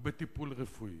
ולטיפול רפואי.